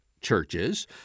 churches